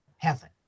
heaven